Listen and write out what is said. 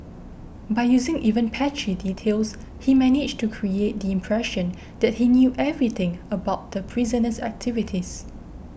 by using even patchy details he managed to create the impression that he knew everything about the prisoner's activities